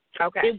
Okay